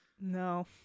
No